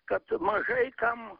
kad mažai kam